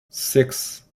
six